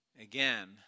Again